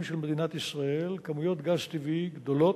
של מדינת ישראל כמויות גז טבעי גדולות,